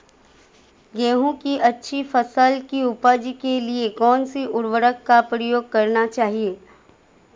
गेहूँ की अच्छी फसल की उपज के लिए कौनसी उर्वरक का प्रयोग करना चाहिए?